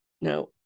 Now